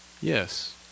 Yes